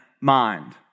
mind